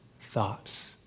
thoughts